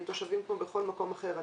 הם תושבים כמו בכל מקום אחר.